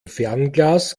fernglas